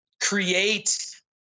create